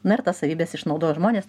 na ir tas savybes išnaudoja žmonės